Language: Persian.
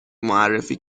معرفی